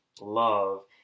love